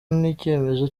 n’icyemezo